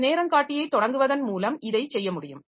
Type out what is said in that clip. ஒரு நேரங்காட்டியை தொடங்குவதன் மூலம் இதை செய்யமுடியும்